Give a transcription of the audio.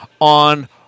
on